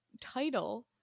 title